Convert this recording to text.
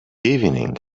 evening